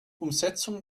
umsetzung